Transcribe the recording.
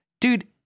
dude